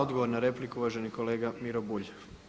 Odgovor na repliku uvaženi kolega Miro Bulj.